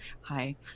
Hi